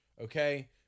okay